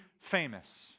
famous